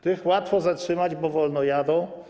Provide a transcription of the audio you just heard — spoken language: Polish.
Tych łatwo zatrzymać, bo wolno jadą.